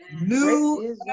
New